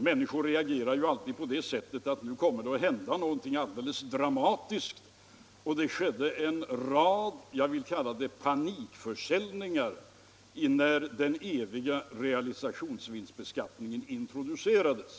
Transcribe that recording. Människor reagerar ju alltid så att de tror att nu kommer det att hända något dramatiskt, och därför skedde det en rad panikförsäljningar när realisationsvinstbeskattningen introducerades.